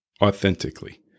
authentically